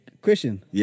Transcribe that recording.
question